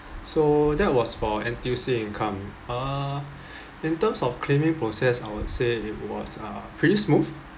so that was for N_T_U_C income uh in terms of claiming process I would say it was uh pretty smooth